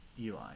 Eli